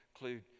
include